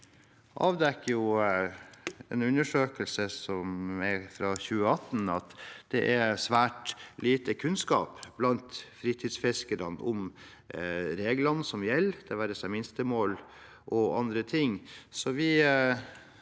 avdekker en undersøkelse fra 2018 at det er svært lite kunnskap blant fritidsfiskerne om reglene som gjelder – det være seg minstemål eller andre ting.